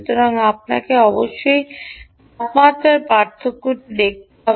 সুতরাং আপনাকে অবশ্যই তাপমাত্রার পার্থক্যটি দেখতে হবে